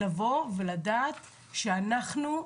לדעת שאנחנו,